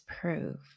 prove